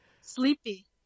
sleepy